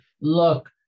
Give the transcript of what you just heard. look